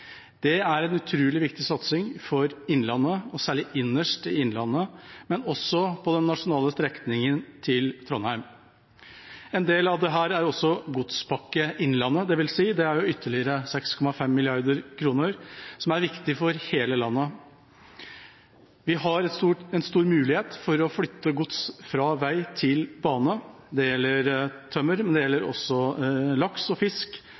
Det er en utrolig viktig satsing for Innlandet, særlig innerst i Innlandet, men også på den nasjonale strekningen til Trondheim. En del av dette er også Godspakke Innlandet, dvs. ytterligere 6,5 mrd. kr, som er viktig for hele landet. Vi har en stor mulighet for å flytte gods fra vei til bane. Det gjelder tømmer, men det gjelder også laks og annen fisk,